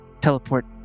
teleport